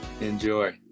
enjoy